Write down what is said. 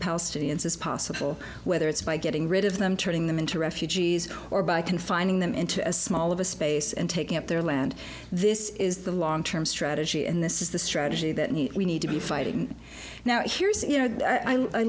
palestinians as possible whether it's by getting rid of them turning them into refugees or by confining them into a small of a space and taking up their land this is the long term strategy and this is the strategy that we need to be fighting now here's you know i